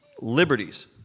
liberties